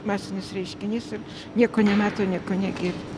masinis reiškinys ir nieko nemato nieko negirdi